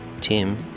Tim